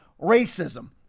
racism